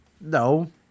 No